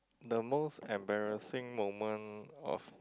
the most embarrassing moment of